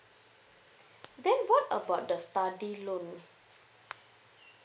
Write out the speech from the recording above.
then what about the study loan